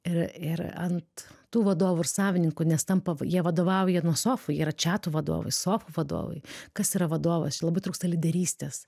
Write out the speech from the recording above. ir ir ant tų vadovų ir savininkų nes tampa jie vadovauja nuo sofų jie yra čiatų vadovai sofų vadovai kas yra vadovas čia labai trūksta lyderystės